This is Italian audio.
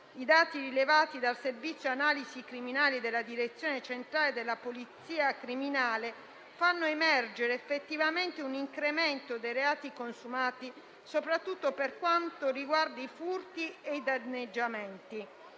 I dati rilevati dal Servizio analisi criminale della Direzione centrale della polizia criminale, fanno emergere effettivamente un incremento dei reati consumati soprattutto per quanto riguarda i furti e i danneggiamenti,